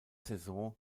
saison